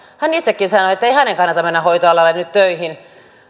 hän itsekin sanoi että ei hänen kannata mennä hoitoalalle nyt töihin